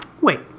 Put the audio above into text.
Wait